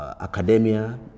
academia